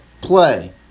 play